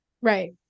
Right